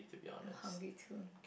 I'm hungry too